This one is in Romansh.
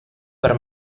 per